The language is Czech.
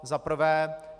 Za prvé.